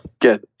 Good